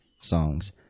songs